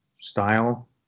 style